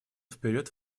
вперед